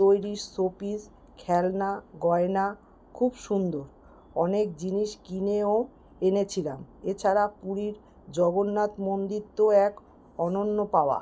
তৈরি শোপিস খেলনা গয়না খুব সুন্দর অনেক জিনিস কিনেও এনেছিলাম এছাড়া পুরীর জগন্নাথ মন্দির তো এক অনন্য পাওয়া